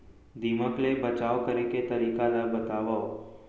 दीमक ले बचाव करे के तरीका ला बतावव?